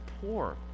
poor